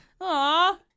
Aw